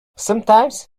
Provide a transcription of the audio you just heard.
sometimes